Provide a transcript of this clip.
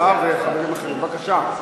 השר וחברים אחרים, בבקשה.